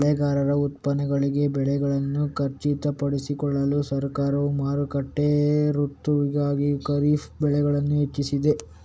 ಬೆಳೆಗಾರರ ಉತ್ಪನ್ನಗಳಿಗೆ ಬೆಲೆಗಳನ್ನು ಖಚಿತಪಡಿಸಿಕೊಳ್ಳಲು ಸರ್ಕಾರವು ಮಾರುಕಟ್ಟೆ ಋತುವಿಗಾಗಿ ಖಾರಿಫ್ ಬೆಳೆಗಳನ್ನು ಹೆಚ್ಚಿಸಿದೆ